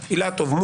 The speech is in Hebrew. אילטוב,